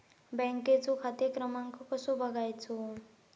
बँकेचो खाते क्रमांक कसो बगायचो?